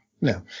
no